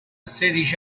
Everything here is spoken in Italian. sedici